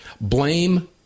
blame